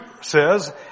says